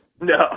No